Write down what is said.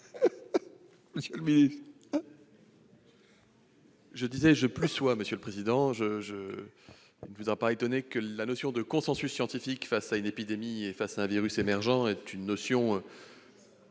monsieur le ministre,